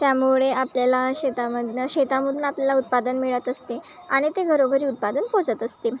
त्यामुळे आपल्याला शेतामधनं शेतामधून आपल्याला उत्पादन मिळत असते आणि ते घरोघरी उत्पादन पोहोचत असते